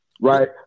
right